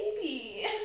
Baby